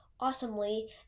awesomely